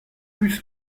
plus